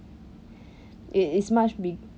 it is much big